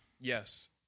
yes